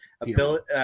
ability